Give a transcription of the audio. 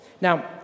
Now